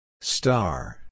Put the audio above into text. Star